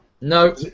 No